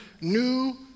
new